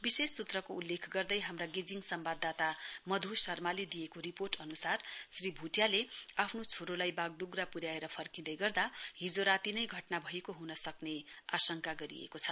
विशेष सूत्रले उल्लेख गर्दै हाम्रा गेजिङ संवाददाता मध्य शर्माले दिएको रिपोर्ट अनुसार श्री भुटियाले आफ्नो छोरालाई बाघड्ग्रा पुन्याएर फर्किँदै गर्दा हिजो राती नै घटना भएको हुनसक्ने आंशका गरिएको छ